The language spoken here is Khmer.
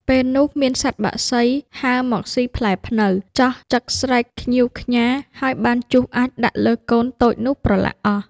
ពេលនោះមានសត្វបក្សីហើរមកស៊ីផ្លែព្នៅ ចោះចឹកស្រែកខ្ញៀវខ្ញារ ហើយបានជុះអាចម៍ដាក់លើកូនតូចនោះប្រឡាក់អស់។